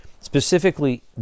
specifically